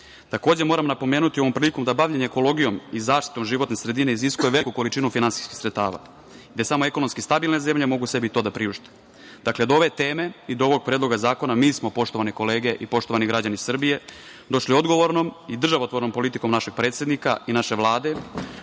moram napomenuti ovom prilikom da bavljenje ekologijom i zaštitom životne sredine iziskuje veliku količinu finansijskih sredstava, gde samo ekonomski stabilne zemlje mogu sebi to da priušte. Dakle, do ove teme i do ovog predloga zakona, mi smo, poštovane kolege i poštovani građani Srbije, došli odgovornom i državotvornom politikom našeg predsednika i naše Vlade